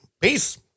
Peace